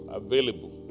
available